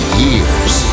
years